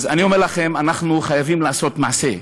אני אומר לכם, אנחנו חייבים לעשות מעשה.